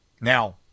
Now